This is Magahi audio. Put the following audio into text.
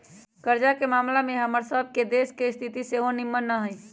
कर्जा के ममला में हमर सभ के देश के स्थिति सेहो निम्मन न हइ